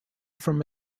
from